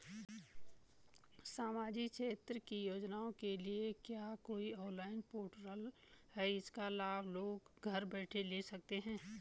सामाजिक क्षेत्र की योजनाओं के लिए क्या कोई ऑनलाइन पोर्टल है इसका लाभ लोग घर बैठे ले सकते हैं?